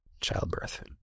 Childbirth